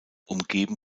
umgeben